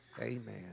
Amen